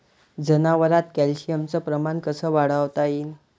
जनावरात कॅल्शियमचं प्रमान कस वाढवता येईन?